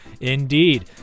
indeed